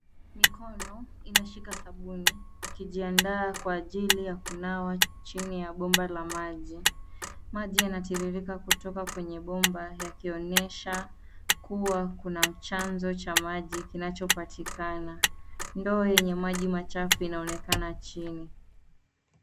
Mikono inashika sabini ikijiandaa kwa ajili ya kunawa chini ya bomba la maji. Maji yanatiririka kutoka kwenye bomba yakionyesha kuwa kuna chanzo cha maji kinacho patikana. Ndoo yenye maji machafu inaonekana chini.